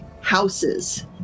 houses